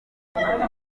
ibizamini